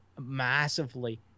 massively